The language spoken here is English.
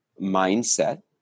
mindset